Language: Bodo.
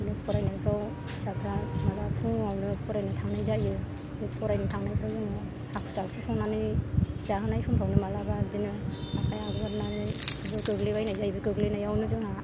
बिदिनो फरायनायफ्राव फिसाफ्रा मालाबा फुङावनो फरायनो थांनाय जायो बे फरायनो थांनायफ्राव जोङो हाखु दाखु संनानै जाहोनाय समफ्रावनो मालाबा बिदिनो आखाय आगोमोरनानै गोग्लैबायनाय जायो बे गोग्लैनायावनो जोंहा